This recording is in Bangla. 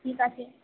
ঠিক আছে